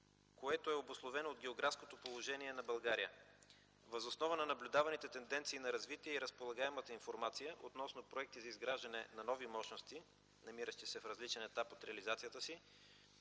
което е обусловено от географското положение на България. Въз основа на наблюдаваните тенденции на развитие и разполагаемата информация относно проекти за изграждане на нови мощности, намиращи се на различен етап от реализацията си,